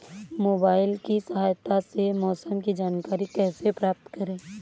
Mobile की सहायता से मौसम की जानकारी कैसे प्राप्त करें?